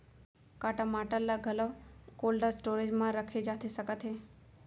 का टमाटर ला घलव कोल्ड स्टोरेज मा रखे जाथे सकत हे?